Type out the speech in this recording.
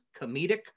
comedic